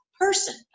Person